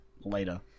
later